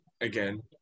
again